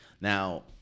Now